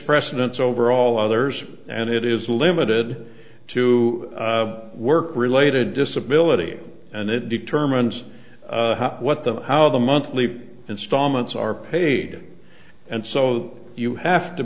precedence over all others and it is limited to work related disability and it determines what the how the monthly instalments are paid and so you have to